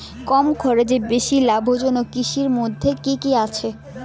কম খরচে বেশি লাভজনক কৃষির মইধ্যে কি কি আসে?